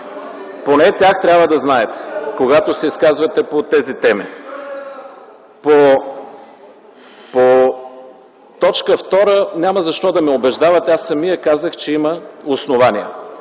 Поне тях трябва да знаете, когато се изказвате по тези теми. По т. 2 няма защо да ме убеждавате, аз самият казах, че има основания.